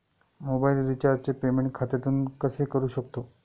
Mobile रिचार्जचे payment खात्यातून कसे करू शकतो?